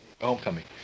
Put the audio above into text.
Homecoming